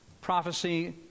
prophecy